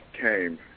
came